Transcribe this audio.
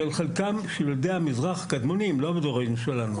של חלקם ילידי המזרח הקדמונים לא --- שלנו